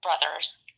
brothers